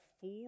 four